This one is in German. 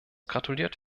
gratuliert